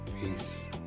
Peace